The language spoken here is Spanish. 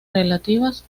relativas